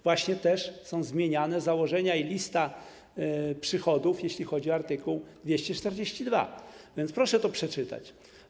Właśnie też są zmieniane założenia i lista przychodów, jeśli chodzi o art. 242, więc proszę to przeczytać.